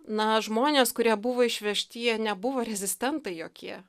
na žmonės kurie buvo išvežti jie nebuvo rezistentai jokie